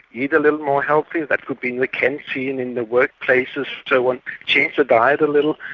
eat a little more healthy, that could be in the canteen in the workplaces, so and change the diet a little,